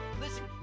Listen